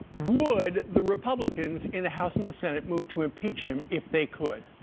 would the republicans in the house and the senate move to impeach him if they could?